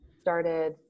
started